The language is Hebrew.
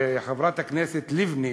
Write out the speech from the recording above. חברת הכנסת לבני,